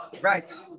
right